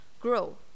grow